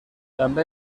també